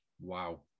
Wow